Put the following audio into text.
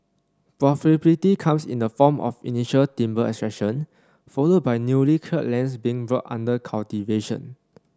profitability comes in the form of initial timber extraction followed by newly cleared lands being brought under cultivation